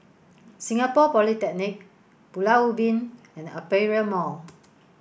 Singapore Polytechnic Pulau Ubin and Aperia Mall